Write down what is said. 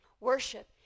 Worship